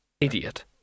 idiot